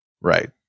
Right